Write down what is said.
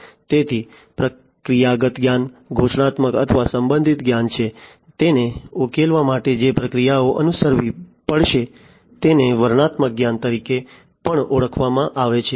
તેથી પ્રક્રિયાગત જ્ઞાન ઘોષણાત્મક અથવા સંબંધિત જ્ઞાન છે તેને ઉકેલવા માટે જે પ્રક્રિયાઓ અનુસરવી પડશે તેને વર્ણનાત્મક જ્ઞાન તરીકે પણ ઓળખવામાં આવે છે